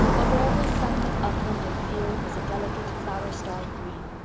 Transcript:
over every sunlit upland and field was a delicate, flower-starred green.